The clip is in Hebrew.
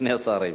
שני שרים.